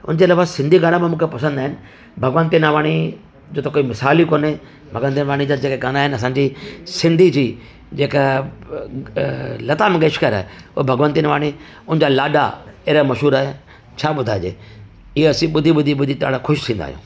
उनजे अलावा सिंधी गाना मूंखे पसंदि आहिनि भगवंती नवाणी जो त मिसाल ई कोन्हे भगवंती नवाणी जे जेके गाना आहिनि असांजी सिंधी जी जेका लता मंगेशकर आहे उहो भगवंती नवाणी उनजा लाॾा मशहूरु एॾा मशहूरु आहे छा ॿुधाइजे इहे असां ॿुधी ॿुधी ॿुधी ॾाढा ख़ुशि थींदा आहियूं